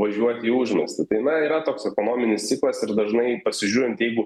važiuoti į užmiestį tai na yra toks ekonominis ciklas ir dažnai pasižiūrint jeigu